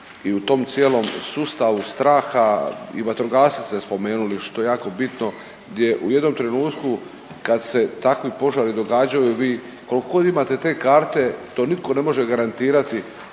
i u tom cijelom sustavu straha i vatrogasce ste spomenuli što je jako bitno gdje u jednom trenutku kad se takvi požari događaju vi koliko god imate te karte to nitko ne može garantirati